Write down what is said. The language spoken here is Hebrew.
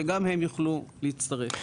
שגם הם יוכלו להצטרף.